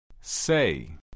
Say